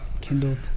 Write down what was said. Kindled